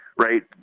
right